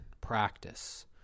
practice